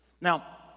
Now